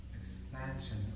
expansion